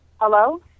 Hello